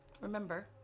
Remember